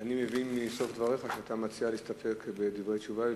אני מבין מסוף דבריך שאתה מציע להסתפק בדברי תשובתך.